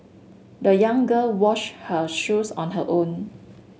the young girl washed her shoes on her own